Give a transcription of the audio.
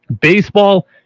Baseball